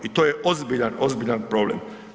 I to je ozbiljan, ozbiljan problem.